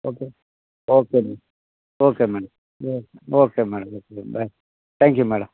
okay okay ma'am okay madam okay okay madam okay thank you madam